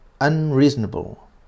Unreasonable